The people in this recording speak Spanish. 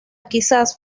quizás